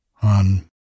on